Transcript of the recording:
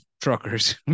truckers